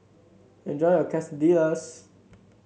enjoy your Quesadillas